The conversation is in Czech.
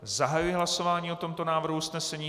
Zahajuji hlasování o tomto návrhu usnesení.